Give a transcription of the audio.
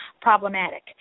problematic